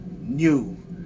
New